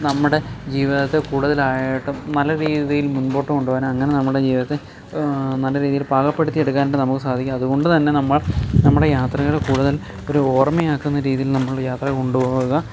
നമ്മുടെ ജീവിതത്തെ കൂടുതലായിട്ടും നല്ല രീതിയിൽ മുൻപോട്ട് കൊണ്ടുപോകാൻ അങ്ങനെ നമ്മുടെ ജീവിതത്തെ നല്ല രീതിയിൽ പാകപ്പെടുത്തിയെടുക്കാനായിട്ട് നമുക്ക് സാധിക്കും അതുകൊണ്ടുതന്നെ നമ്മൾ നമ്മുടെ യാത്രകൾ കൂടുതൽ ഒരു ഓർമ്മയാക്കുന്ന രീതിയിൽ നമ്മൾ യാത്ര കൊണ്ടുപോവുക